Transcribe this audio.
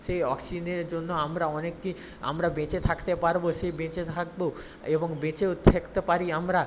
সেই অক্সিজেনের জন্য আমরা অনেককেই আমরা বেঁচে থাকতে পারবো সেই বেঁচে থাকবো এবং বেঁচেও থেকতে পারি আমরা